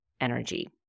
energy